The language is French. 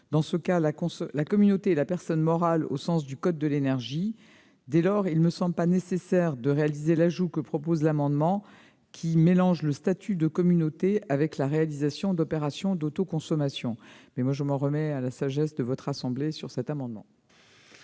Dans ce cas, la communauté est la personne morale au sens du code de l'énergie. Dès lors, il ne semble pas nécessaire d'insérer l'ajout proposé par l'amendement, qui mélange le statut de communauté avec la réalisation d'opérations d'autoconsommation. Cela étant, je m'en remets à la sagesse du Sénat. La parole est